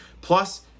Plus